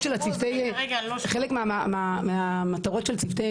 מירב, חלק מהמטרות של צוותי